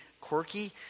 quirky